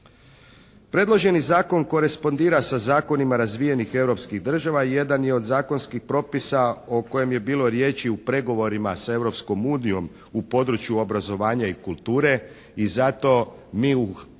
Predloženi zakon korespondira sa zakonima razvijenih europskih država i jedan je od zakonskih propisa o kojem je bilo riječi u pregovorima sa Europskom unijom u području obrazovanja i kulture i zato mi u klubu